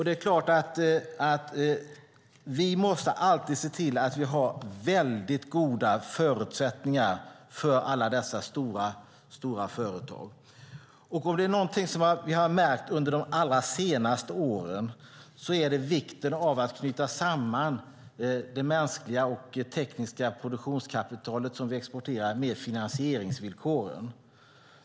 Det är klart att vi alltid måste se till att vi har mycket goda förutsättningar för alla dessa stora företag. Om det är någonting som vi har märkt under de allra senaste åren så är det vikten av att knyta samman det mänskliga och det tekniska produktionskapital som vi exporterar med finansieringsvillkoren.